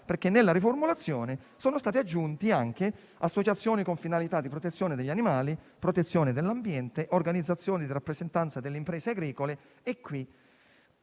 perché nella riformulazione sono state aggiunte anche le associazioni con finalità di protezione degli animali e dell'ambiente e le organizzazioni di rappresentanza delle imprese agricole. Qui